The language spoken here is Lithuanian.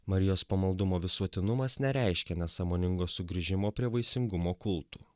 marijos pamaldumo visuotinumas nereiškia nesąmoningo sugrįžimo prie vaisingumo kultų